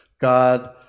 God